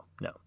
no